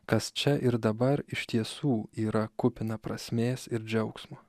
kas čia ir dabar iš tiesų yra kupina prasmės ir džiaugsmo